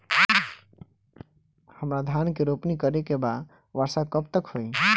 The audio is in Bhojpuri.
हमरा धान के रोपनी करे के बा वर्षा कब तक होई?